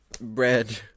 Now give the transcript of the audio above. bread